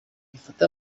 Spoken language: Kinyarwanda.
mufate